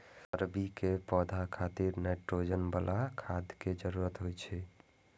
अरबी के पौधा खातिर नाइट्रोजन बला खाद के जरूरत होइ छै